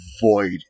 void